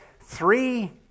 three